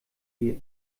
wir